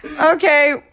okay